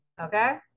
Okay